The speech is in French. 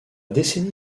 décennie